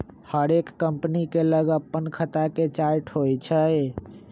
हरेक कंपनी के लग अप्पन खता के चार्ट होइ छइ